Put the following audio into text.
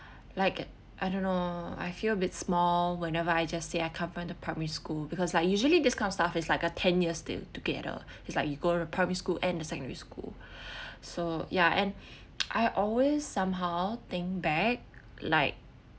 like it I don't know I feel a bit small whenever I just say I come to primary school because like usually this kind of stuff is like a ten year stint together it's like you go to primary school and secondary school so ya and I always somehow think back like